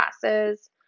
classes